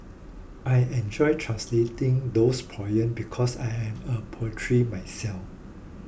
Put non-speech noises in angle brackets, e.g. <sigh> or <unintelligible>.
I enjoyed translating those poems because I am a <unintelligible> myself